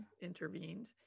intervened